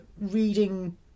reading